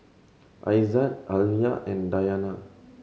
Aizat Alya and Dayana